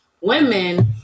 Women